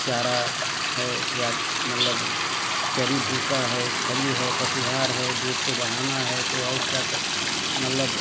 चारा है या मतलब चरी भूसा है खरी है पशु आहार है दूध को बढ़ाना है तो और क्या कर मतलब